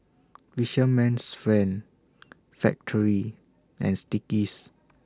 Fisherman's Friend Factorie and Sticky's